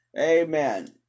Amen